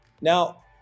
Now